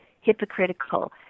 hypocritical